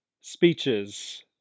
speeches